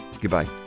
Goodbye